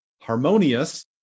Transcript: harmonious